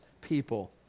people